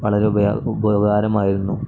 വളരെ ഉപകാരം ഉപകാരമായിരുന്നു